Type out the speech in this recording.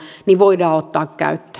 voidaan ottaa